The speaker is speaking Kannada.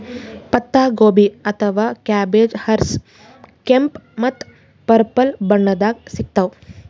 ಪತ್ತಾಗೋಬಿ ಅಥವಾ ಕ್ಯಾಬೆಜ್ ಹಸ್ರ್, ಕೆಂಪ್ ಮತ್ತ್ ಪರ್ಪಲ್ ಬಣ್ಣದಾಗ್ ಸಿಗ್ತಾವ್